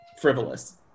frivolous